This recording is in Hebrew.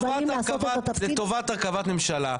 לטובת הרכבת ממשלה,